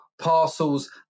parcels